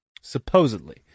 supposedly